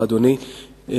אדוני,